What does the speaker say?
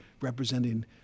representing